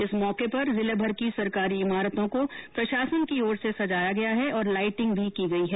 इस मौके पर जिलेभर की सरकारी इमारतों को प्रशासन की ओर से सजाया गया है और लाइटिंग की गई है